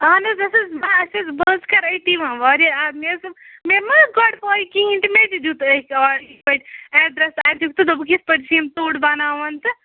اَہن حظ اَس حظ اَسہِ حظ بہٕ حظ کَرٕے أتہِ ووٚں واریاہ آ مےٚ حظ مےٚ ما گۄڈٕ پاے کِہیٖنۍ تہٕ مےٚ تہِ دیُت أتھۍ آرڈر ایڈرَس دیُکھ ژٕ دوٚپکھ یِتھ پٲٹھۍ چھِ یِم ژوٚٹ بَناوان تہٕ